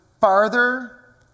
farther